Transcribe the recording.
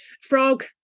frog